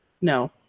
no